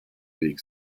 weg